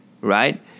right